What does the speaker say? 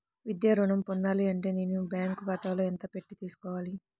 విద్యా ఋణం పొందాలి అంటే నేను బ్యాంకు ఖాతాలో ఎంత పెట్టి తీసుకోవాలి?